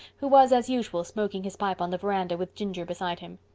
who was as usual smoking his pipe on the veranda with ginger beside him.